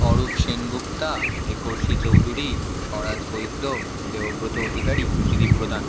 অরূপ সেনগুপ্তা একর্ষি চৌধুরী স্বরাজ বৈদ্য দেবব্রত অধিকারী ত্রিদিপ প্রধান